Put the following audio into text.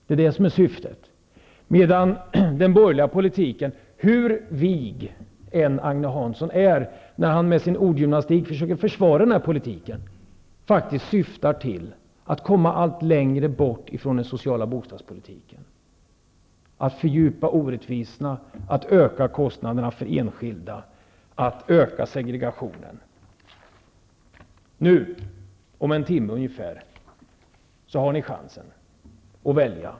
Den borgerliga regeringen däremot, hur vig Agne Hansson än är när han med sin ordgymnastik försöker försvara denna politik, syftar faktiskt till att komma allt längre bort från den sociala bostadspolitiken, till att fördjupa orättvisorna, till att öka kostnaderna för enskilda och till att öka segregationen. Nu, om ungefär en timme, har ni chansen att välja.